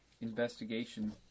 investigation